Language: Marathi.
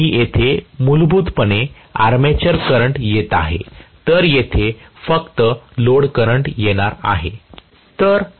तर मी येथे मूलभूतपणे आर्मेचर करंट येत आहे तर येथे फक्त लोड करंट येणार आहे